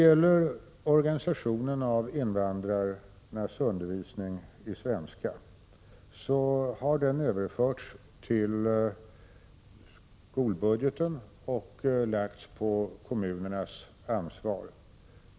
Organisationen av undervisningen i svenska för invandrare har överförts till skolbudgeten och lagts på kommunernas ansvar.